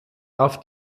auf